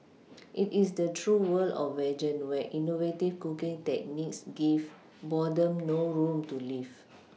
it is the true world of vegan where innovative cooking techniques give boredom no room to live